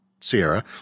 Sierra